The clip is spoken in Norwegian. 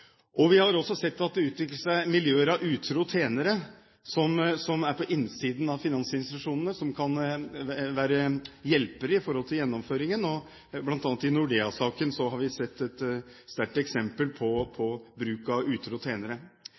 Vi har også sett at det utvikles miljøer av utro tjenere på innsiden av finansinstitusjonene, som kan være hjelpere når det gjelder gjennomføringen. Blant annet i Nordea-saken har vi sett et sterkt eksempel på bruk av utro